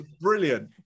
brilliant